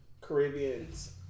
Caribbeans